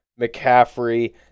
McCaffrey